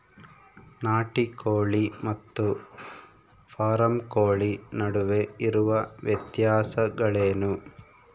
ನಾಟಿ ಕೋಳಿ ಮತ್ತು ಫಾರಂ ಕೋಳಿ ನಡುವೆ ಇರುವ ವ್ಯತ್ಯಾಸಗಳೇನು?